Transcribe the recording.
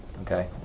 Okay